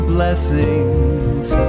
Blessings